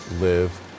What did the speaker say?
live